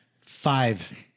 five